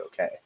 okay